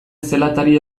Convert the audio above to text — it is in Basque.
zelatari